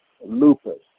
lupus